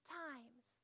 times